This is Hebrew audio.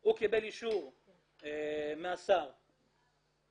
הוא קיבל אישור מהשר לעבוד,